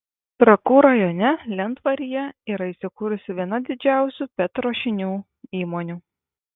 trakų rajone lentvaryje yra įsikūrusi viena didžiausių pet ruošinių įmonių